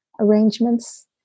arrangements